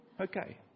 Okay